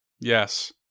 Yes